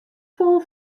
fol